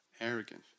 arrogant